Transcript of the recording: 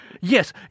Yes